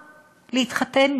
להתחתן,